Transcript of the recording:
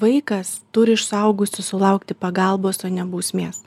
vaikas turi iš suaugusių sulaukti pagalbos o ne bausmės